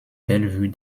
bellevue